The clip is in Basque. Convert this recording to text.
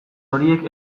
horiek